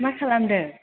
मा खालामदों